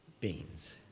beans